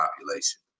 population